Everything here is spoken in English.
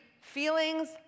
feelings